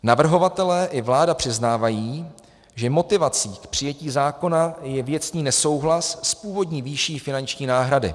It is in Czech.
Navrhovatelé i vláda přiznávají, že motivací k přijetí zákona je věcný nesouhlas s původní výší finanční náhrady.